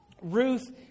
Ruth